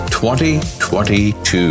2022